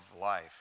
life